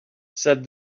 said